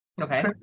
Okay